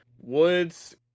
Woods